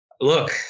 Look